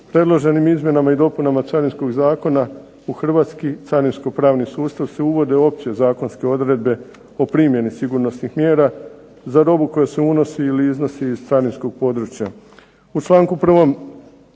predloženim izmjenama i dopunama Carinskog zakona u hrvatski carinsko-pravni sustav se uvode opće zakonske odredbe o primjeni sigurnosnih mjera za robu koja se unosi ili iznosi iz carinskog područja. U članku 1.